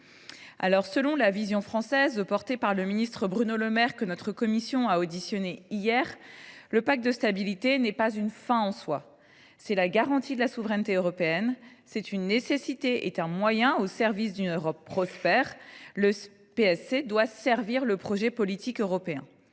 Dans la vision française, défendue par le ministre Bruno Le Maire, que notre commission a auditionné hier, le PSC n’est pas une fin en soi. C’est la garantie de la souveraineté européenne. C’est une nécessité et un moyen, au service d’une Europe prospère. Le PSC doit servir le projet politique européen.